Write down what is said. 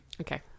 Okay